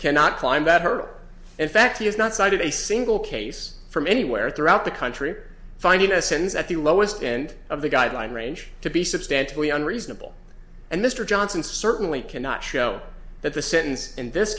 cannot climb that hurdle in fact he has not cited a single case from anywhere throughout the country finding a sentence at the lowest end of the guideline range to be substantially unreasonable and mr johnson certainly cannot show that the sentence in this